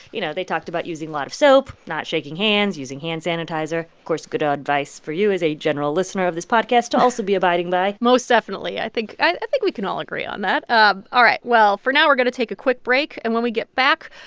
you know, they talked about using a lot of soap, not shaking hands, using hand sanitizer. of course, good advice for you, as a general listener of this podcast, to also be abiding by most definitely. i think i think we can all agree on that. um all right. well, for now, we're going to take a quick break. and when we get back,